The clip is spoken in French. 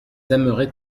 aimeraient